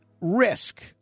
risk